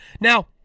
Now